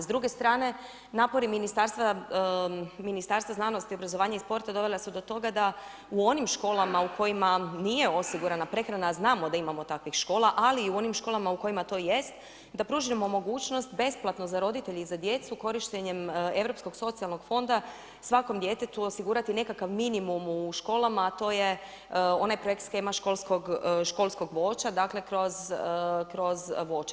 S druge strane, napori Ministarstva znanosti, obrazovanja i sporta, dovele su do toga da u onim školama u kojima nije osigurana prehrana, a znamo da imamo takvih škola, ali i u onim školama u kojima to jest, da pružimo mogućnost, besplatno za roditelje i djecu, korištenjem europskog socijalnog fonda, svakom djetetu osigurati nekakav minimum u školama, a to je onaj projekt shema školskog voća, dakle kroz voće.